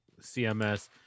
CMS